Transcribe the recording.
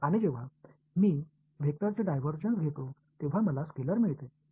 நான் ஒரு வெக்டரின் டைவர்ஜன்ஸை எடுக்கும்போது எனக்கு ஒரு ஸ்கேலார் கிடைக்கும்